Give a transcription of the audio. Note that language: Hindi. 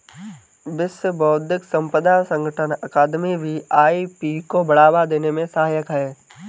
विश्व बौद्धिक संपदा संगठन अकादमी भी आई.पी को बढ़ावा देने में सहायक है